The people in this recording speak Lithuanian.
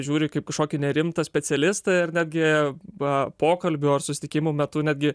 žiūri kaip kažkokį nerimtą specialistą ir nagi na pokalbio ar susitikimo metu netgi